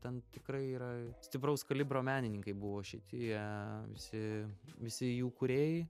ten tikrai yra stipraus kalibro menininkai buvo šitie visi visi jų kūrėjai